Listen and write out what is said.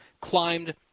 climbed